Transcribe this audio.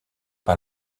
par